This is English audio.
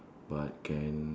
but can